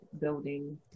building